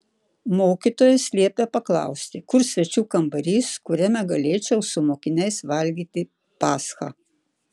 mokytojas liepė paklausti kur svečių kambarys kuriame galėčiau su mokiniais valgyti paschą